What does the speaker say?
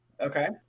okay